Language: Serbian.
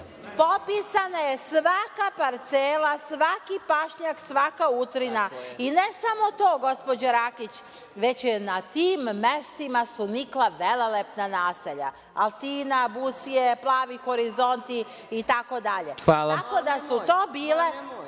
Popisana je svaka parcela, svaki pašnjak, svaka utrina i ne samo to, gospođo Rakić, već su na tim mestima nikla velelepna naselja – Altina, Busije, Plavi Horizonti itd. To su bili